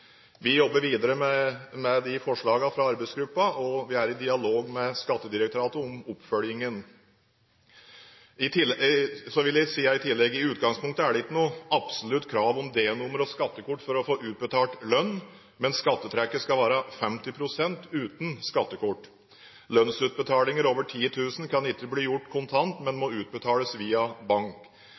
Vi jobber videre med forslagene fra arbeidsgruppen, og vi er i dialog med Skattedirektoratet om oppfølgingen. I utgangspunktet er det ikke noe absolutt krav om D-nummer og skattekort for å få utbetalt lønn, men skattetrekket skal være 50 pst. uten skattekort. Lønnsutbetalinger på over 10 000 kr kan ikke foretas kontant, men må utbetales via bank.